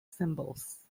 symbols